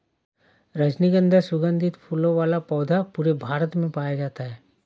रजनीगन्धा सुगन्धित फूलों वाला पौधा पूरे भारत में पाया जाता है